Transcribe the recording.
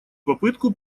попытку